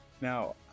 Now